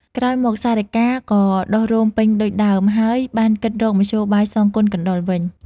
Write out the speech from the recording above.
ក្រោយមកសារិកា ក៏ដុះរោមពេញដូច ដើម ហើយបានគិតរកមធ្យោបាយសងគុណកណ្ដុរវិញ។